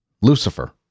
Lucifer